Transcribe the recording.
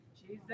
Jesus